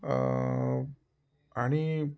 आणि